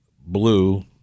blue